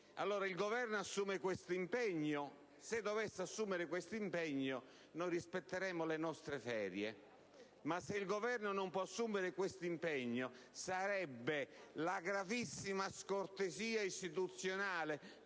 il Governo assume questo impegno? Se dovesse assumerlo, noi rispetteremo le nostre ferie; ma se il Governo non può assumere questo impegno, sarebbe una gravissima scortesia istituzionale